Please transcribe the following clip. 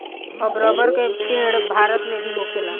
अब रबर के पेड़ भारत मे भी होखेला